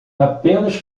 apenas